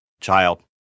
Child